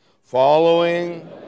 Following